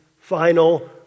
final